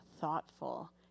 thoughtful